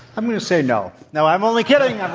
i'm going to say no. no, i'm only kidding! i'm